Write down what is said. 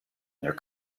their